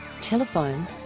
Telephone